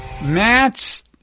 Matt's